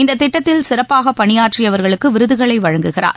இந்தத் திட்டத்தில் சிறப்பாக பணியாற்றியவர்களுக்கு விருதுகளை வழங்குகிறார்